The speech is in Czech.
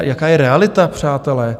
Jaká je realita, přátelé?